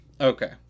Okay